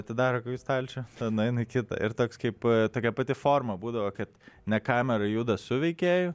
atidaro stalčiųtada nueina į kitą ir toks kaip tokia pati forma būdavo kad ne kamera juda su veikėju